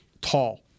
tall